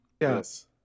Yes